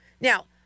Now